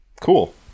cool